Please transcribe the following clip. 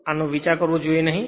જેનો આ વિચાર કરવો જોઇએ નહીં